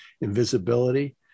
invisibility